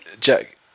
Jack